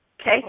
Okay